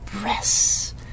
Breasts